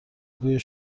بوی